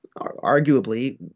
arguably